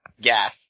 Gas